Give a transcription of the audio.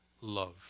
love